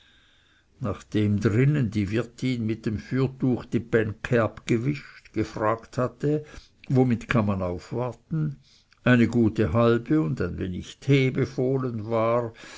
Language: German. nachdem drinnen die wirtin mit dem fürtuch die bänke abgewischt gefragt hatte womit kann man aufwarten eine gute halbe und ein wenig tee befohlen war